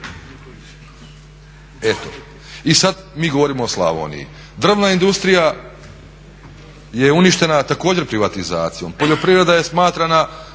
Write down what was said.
Eto. I sad mi govorimo o Slavoniji, drvna industrija je uništena, također privatizacijom. Poljoprivreda nije smatrana